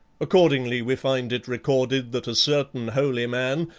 accordingly we find it recorded that a certain holy man,